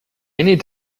need